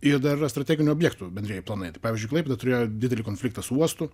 ir dar yra strateginių objektų bendrieji planai tai pavyzdžiui klaipėda turėjo didelį konfliktą su uostu